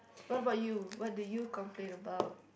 what about you what do you complain about